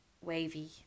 wavy